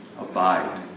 Abide